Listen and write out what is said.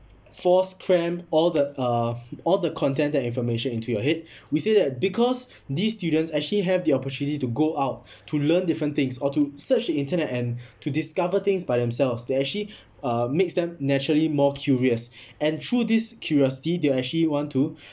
force cram all the uh all the content that information into your head we say that because these students actually have the opportunity to go out to learn different things or to search the internet and to discover things by themselves they actually uh makes them naturally more curious and through this curiosity they will actually want to